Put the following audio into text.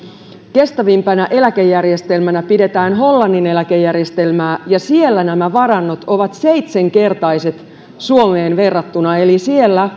kestävimpänä eläkejärjestelmänä pidetään hollannin eläkejärjestelmää ja siellä nämä varannot ovat seitsenkertaiset suomeen verrattuna eli siellä